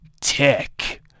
tick